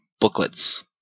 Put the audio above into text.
booklets